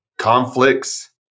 Conflicts